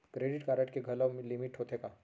Credit card के घलव limit होथे का?